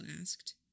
asked